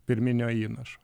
pirminio įnašo